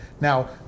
Now